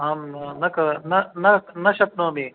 आम् न नक न न न शक्नोमि